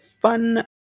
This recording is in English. fun